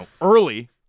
early